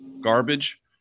garbage